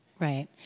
Right